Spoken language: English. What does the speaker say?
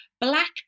black